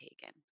taken